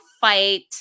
fight